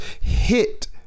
hit